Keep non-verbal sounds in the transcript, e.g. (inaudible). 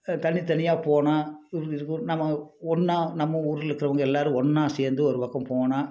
தனித்தனியாக போனால் (unintelligible) நம்ம ஒன்னா நம்ம ஊரில் இருக்கிறவங்க எல்லோரும் ஒன்னா சேர்ந்து ஒரு பக்கம் போனால்